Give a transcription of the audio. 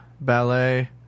ballet